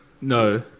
no